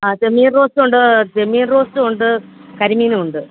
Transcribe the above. ആ ചെമ്മീൻ റോസ്റ്റുണ്ട് ചെമ്മീൻ റോസ്റ്റുണ്ട് കരിമീനുണ്ട്